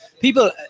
People –